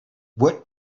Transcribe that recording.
what